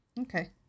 okay